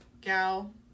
gal